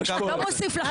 זה לא מוסיף לכם כבוד.